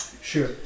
Sure